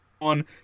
One